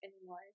anymore